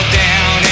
down